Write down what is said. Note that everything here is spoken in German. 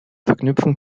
verknüpfung